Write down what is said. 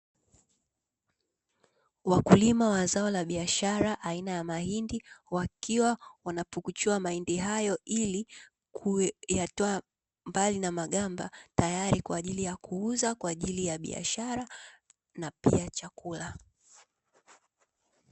Wakulima wa zao la biashara aina ya mahindi wakiwa wanapukuchua mahindi hayo ili kuyatoa mbali na magamba tayari kwa ajili ya kuuza kwa ajili ya biashara na pia chakula.